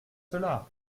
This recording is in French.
cela